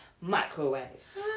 microwaves